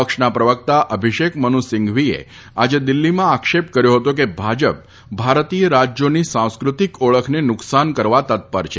પક્ષના પ્રવક્તા અભિષેક મનુ સિંઘવીએ આજે દિલ્હીમાં આક્ષેપ કર્યો હતો કે ભાજપ ભારતીય રાજ્યોની સાંસ્કૃતિક ઓળખને નુકસાન કરવા તત્પર છે